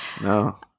No